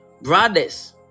Brothers